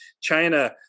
China